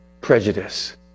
prejudice